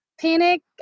Panic